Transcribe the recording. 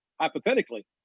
hypothetically